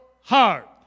heart